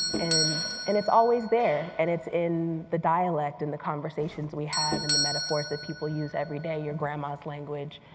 and and it's always there, and it's in the dialect, and the conversations we have, and the metaphors that people use every day, your grandma's language,